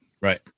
Right